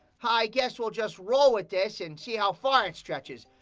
i guess we'll just roll with this and see how far it stretches.